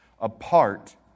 apart